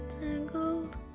tangled